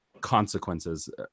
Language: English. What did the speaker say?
consequences